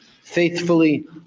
faithfully